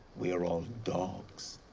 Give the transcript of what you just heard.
we are all dogs,